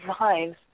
lives